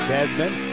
Desmond